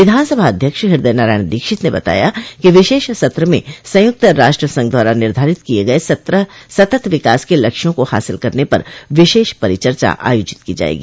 विधानसभा अध्यक्ष हृदय नारायण दीक्षित ने बताया कि विशेष सत्र में संयुक्त राष्ट्र संघ द्वारा निर्धारित किये गये सत्रह सतत् विकास के लक्ष्यों को हासिल करने पर विशेष परिचर्चा आयोजित की जायेगी